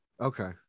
Okay